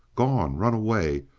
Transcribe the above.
gone. run away.